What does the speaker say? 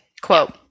Quote